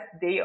day